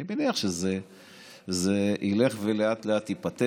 אני מניח שזה ילך וייפתר